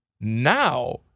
Now